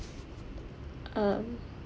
um